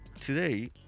today